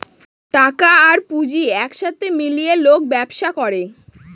টাকা আর পুঁজি এক সাথে মিলিয়ে লোক ব্যবসা করে